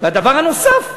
והדבר הנוסף,